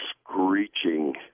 screeching